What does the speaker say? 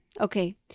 Okay